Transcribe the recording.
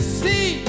see